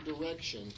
direction